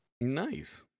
Nice